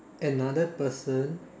another person